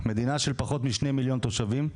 מדינה של פחות משני מיליון תושבים,